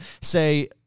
say